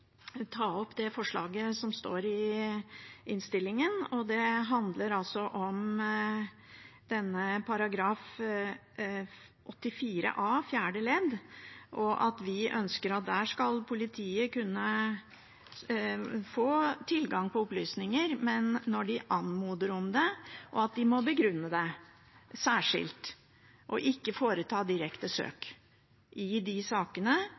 ta opp forslaget fra SV som står i innstillingen, som handler om § 84 a fjerde ledd. Der ønsker vi at politiet skal kunne få tilgang på opplysninger, men når de anmoder om det, og at de må begrunne det særskilt og ikke foreta direkte søk i de sakene